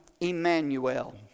Emmanuel